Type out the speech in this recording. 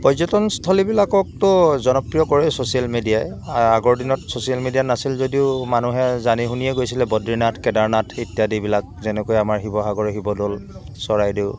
পৰ্যটনস্থলীবিলাককতো জনপ্ৰিয় কৰে ছচিয়েল মিডিয়াই আগৰ দিনত ছচিয়েল মিডিয়া নাছিল যদিও মানুহে জানি শুনিয়ে গৈছিলে বদ্ৰীনাথ কেদাৰনাথ ইত্যাদিবিলাক যেনেকৈ আমাৰ শিৱসাগৰ শিৱদৌল চৰাইদেউ